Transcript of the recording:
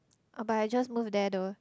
oh but I just moved there though